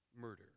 murder